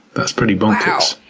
that's pretty bonkers. wow!